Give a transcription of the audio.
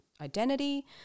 identity